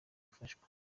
gufashwa